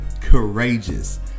courageous